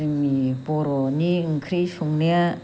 जोंनि बर'नि ओंख्रि संनाया